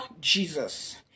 jesus